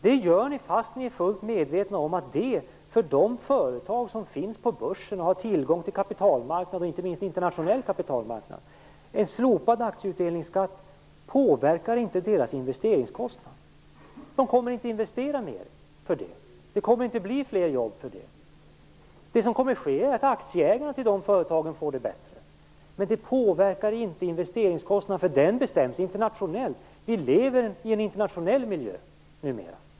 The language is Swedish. Det vill ni genomföra fast ni är fullt medvetna om att de företag som finns på börsen har tillgång till kapitalmarknaden, inte minst den internationella kapitalmarknaden. En slopad aktieutdelningsskatt påverkar inte börsföretagens investeringskostnader. De kommer inte att investera mera bara för det. Det kommer inte att leda till några nya jobb. Det som kommer att ske är att aktieägarna får det bättre, men det påverkar inte investeringskostnaden, för den bestäms internationellt. Vi lever i en internationell miljö numera.